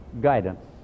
guidance